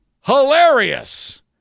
hilarious